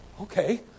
Okay